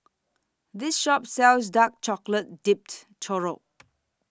This Shop sells Dark Chocolate Dipped Churro